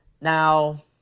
Now